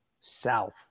south